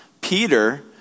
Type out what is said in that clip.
Peter